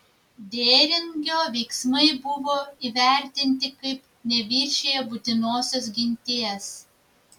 dėringio veiksmai buvo įvertinti kaip neviršiję būtinosios ginties